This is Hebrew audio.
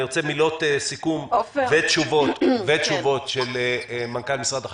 אני רוצה לשמוע מילות סיכום ותשובות של מנכ"ל משרד החקלאות,